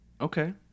Okay